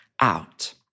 out